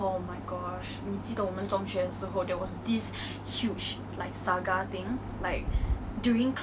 and I was doing my own stuff figuring how to do maths homework because I wasn't good in maths